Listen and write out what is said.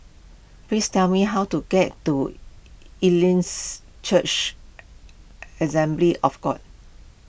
please tell me how to get to Elims Church Assembly of God